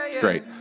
Great